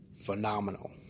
phenomenal